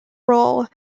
role